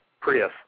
Prius